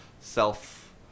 self